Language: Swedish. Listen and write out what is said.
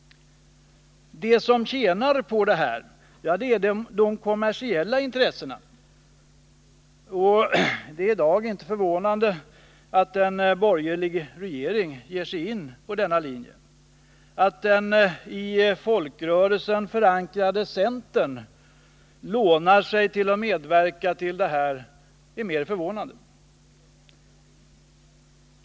De som tjänar på detta är de kommersiella intressena, och det är i dag inte förvånande att en borgerlig regering ger sig in på denna linje. Att den i folkrörelsen förankrade centern lånar sig till att medverka till detta är mer förvånande.